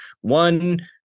One